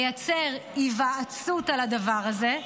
לייצר התייעצות על הדבר הזה,